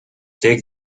take